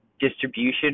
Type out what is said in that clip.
distribution